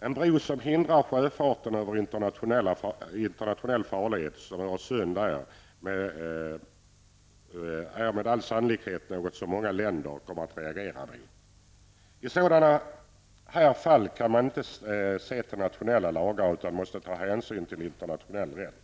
En bro som hindrar sjöfarten över en internationell farled som Öresund är med all sannolikhet något som många länder kommer att reagera mot. I sådana här fall kan man inte se till nationella lagar utan måste ta hänsyn till internationell rätt.